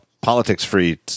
politics-free